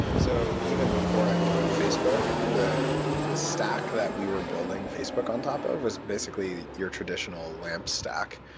so even before i joined facebook, the the stack that we were building facebook on top of was basically your traditional lamp stack,